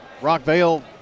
Rockvale